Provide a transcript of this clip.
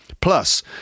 Plus